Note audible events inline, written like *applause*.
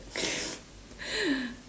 *noise*